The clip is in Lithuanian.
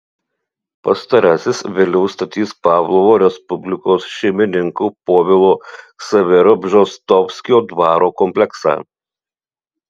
pastarasis vėliau statys pavlovo respublikos šeimininko povilo ksavero bžostovskio dvaro kompleksą